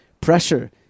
pressure